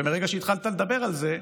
ומרגע שהתחלת לדבר על זה,